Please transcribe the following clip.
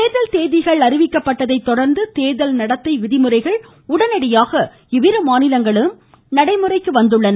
தேர்தல் தேதிகள் அறிவிக்கப்பட்டதை தொடர்ந்து தேர்தல் நடத்தை விதிமுறைகள் உடனடியாக இவ்விரு மாநிலங்களிலும் நடைமுறைக்கு வந்துள்ளன